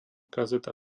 kazeta